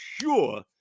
sure